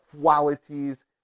qualities